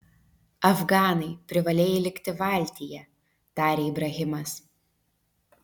afganai privalėjai likti valtyje tarė ibrahimas